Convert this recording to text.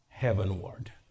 Heavenward